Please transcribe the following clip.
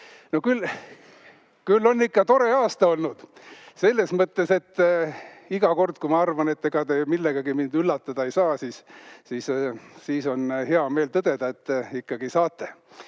jah. Küll on ikka tore aasta olnud, selles mõttes, et iga kord, kui ma arvan, et ega te millegagi mind üllatada ei saa, on hea meel tõdeda, et ikkagi saate.